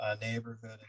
neighborhood